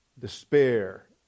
despair